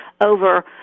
over